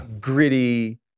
gritty